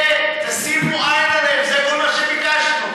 אלה, תשימו עין עליהם, זה כל מה שביקשנו.